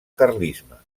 carlisme